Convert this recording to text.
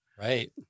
Right